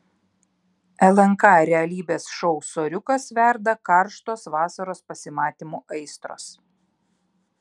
lnk realybės šou soriukas verda karštos vasaros pasimatymų aistros